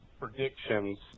predictions